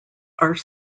are